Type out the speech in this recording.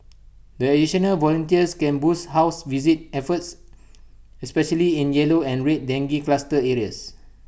the additional volunteers can boost house visit efforts especially in yellow and red dengue cluster areas